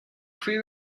pre